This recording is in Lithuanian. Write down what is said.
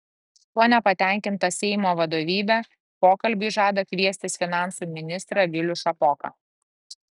tuo nepatenkinta seimo vadovybė pokalbiui žada kviestis finansų ministrą vilių šapoką